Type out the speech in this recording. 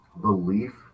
belief